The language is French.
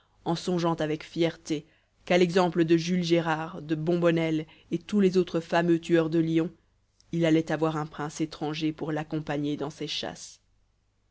en songeant avec fierté qu'à l'exemple de jules gérard de bombonnel et tous les autres fameux tueurs de lions il allait avoir un prince étranger pour l'accompagner dans ses chasses